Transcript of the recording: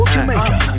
Jamaica